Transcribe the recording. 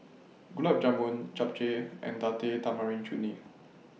Gulab Jamun Japchae and Date Tamarind Chutney